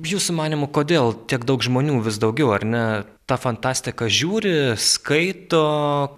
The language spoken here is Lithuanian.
jūsų manymu kodėl tiek daug žmonių vis daugiau ar ne tą fantastiką žiūri skaito